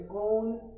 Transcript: own